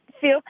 feel